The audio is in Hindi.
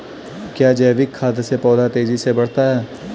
क्या जैविक खाद से पौधा तेजी से बढ़ता है?